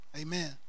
Amen